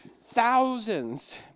thousands